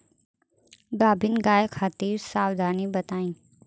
गाभिन गाय खातिर सावधानी बताई?